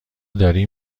داری